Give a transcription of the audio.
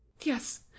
Yes